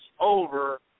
over